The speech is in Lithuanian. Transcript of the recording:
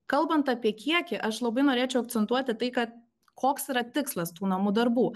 kalbant apie kiekį aš labai norėčiau akcentuoti tai kad koks yra tikslas tų namų darbų